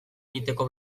egiteko